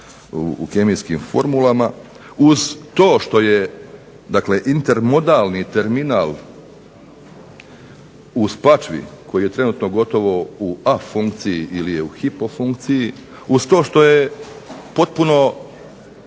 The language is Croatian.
u kemijskim formulama, uz to što je dakle intermodalni terminal u Spačvi koji je trenutno gotovo u A funkciji ili je u Hipo funkciji, uz to što je potpuno